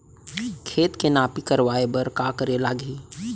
खेत के नापी करवाये बर का करे लागही?